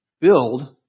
build